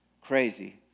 Crazy